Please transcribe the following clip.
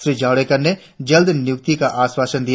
श्री जावड़ेकर ने जल्द नियुक्ति का आश्वासन दिया